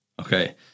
Okay